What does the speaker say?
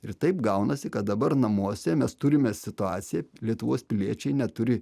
ir taip gaunasi kad dabar namuose mes turime situaciją lietuvos piliečiai neturi